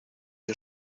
hay